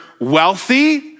wealthy